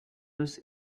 was